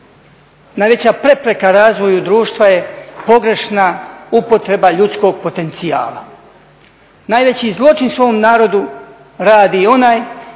najveća prepreka razvoju društva je pogrešna upotreba ljudskog potencijala. Najveći zločin svom narodu radi onaj